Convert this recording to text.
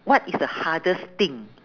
what is the hardest thing